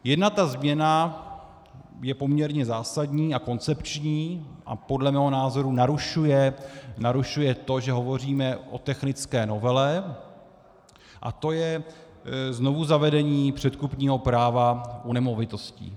Jedna ta změna je poměrně zásadní a koncepční a podle mého názoru narušuje to, že hovoříme o technické novele, a to je znovuzavedení předkupního práva u nemovitostí.